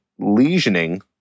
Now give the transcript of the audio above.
lesioning